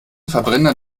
verbrenner